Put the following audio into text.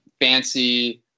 fancy